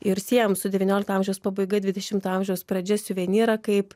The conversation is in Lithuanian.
ir siejam su devyniolikto amžiaus pabaiga dvidešimto amžiaus pradžia suvenyrą kaip